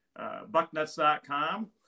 Bucknuts.com